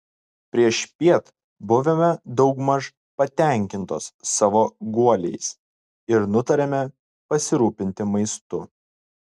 priešpiet buvome daugmaž patenkintos savo guoliais ir nutarėme pasirūpinti maistu